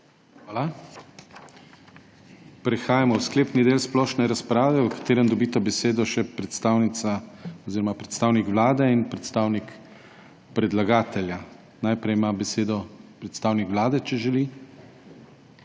Hvala. Prehajamo v sklepni del splošne razprave, v katerem dobita besedo še predstavnik Vlade in predstavnik predlagatelja. Najprej ima besedo predstavnik Vlade, če želi.